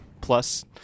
plus